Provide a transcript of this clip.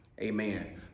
Amen